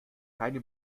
keine